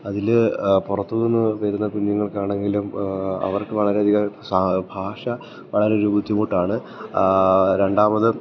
അതിൽ പുറത്തുനിന്ന് വരുന്ന കുഞ്ഞുങ്ങൾക്കാണെങ്കിലും അവർക്ക് വളരെയധികം ഭാഷ വളരെ ഒരു ബുദ്ധിമുട്ടാണ് രണ്ടാമത്